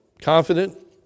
confident